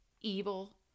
evil